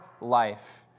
life